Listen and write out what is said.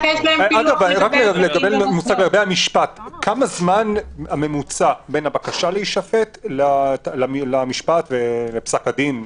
מה הזמן הממוצע בין הבקשה להישפט לבין המשפט ופסק-הדין?